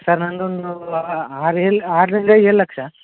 sir ನನ್ನದೊಂದು ಆರು ಏಳು ಆರರಿಂದ ಏಳು ಲಕ್ಷ